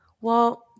Well-